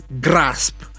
grasp